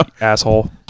asshole